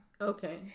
Okay